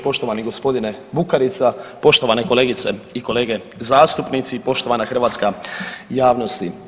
Poštovani g. Bukarica, poštovane kolegice i kolege zastupnici, poštovana hrvatska javnosti.